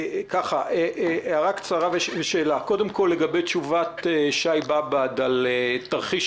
הערה קצרה ושאלה: קודם כול לגבי תשובת שי באב"ד על תרחיש